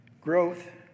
growth